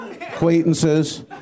acquaintances